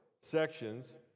sections